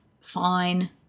fine